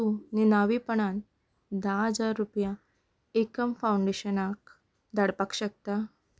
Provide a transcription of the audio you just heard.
तूं निनांवीपणान धा हजार रुपया एकम फाउंडेशनाक धाडपाक शकता